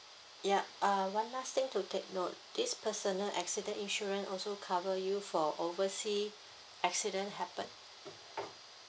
yup uh one last thing to take note this personal accident insurance also cover you for oversea accident happen